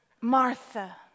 Martha